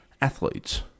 athletes